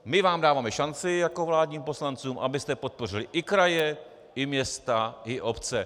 My vám dáváme šanci jako vládním poslancům, abyste podpořili i kraje i města i obce.